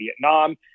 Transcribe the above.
Vietnam